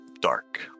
Dark